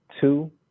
two